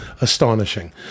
astonishing